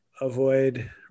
avoid